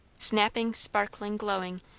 snapping, sparkling, glowing,